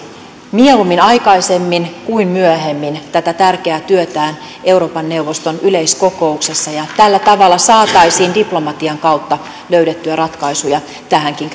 mieluummin aikaisemmin kuin myöhemmin tätä tärkeää työtään euroopan neuvoston yleiskokouksessa ja tällä tavalla saataisiin diplomatian kautta löydettyä ratkaisuja tähänkin